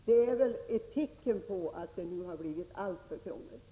Det är väl ett tecken på att det nu har blivit alltför krångligt.